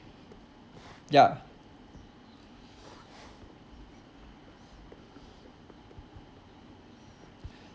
ya